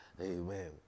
Amen